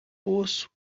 poço